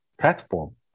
platform